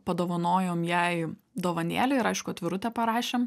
padovanojom jai dovanėlę ir aišku atvirutę parašėm